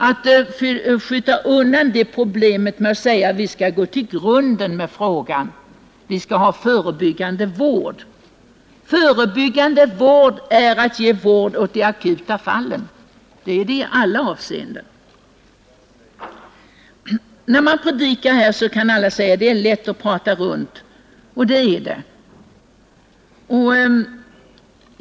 Att ge vård åt de akuta fallen är i alla avseenden också förebyggande vård. Alla kan säga att det är lätt att prata runt om problemet, och det är det.